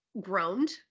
groaned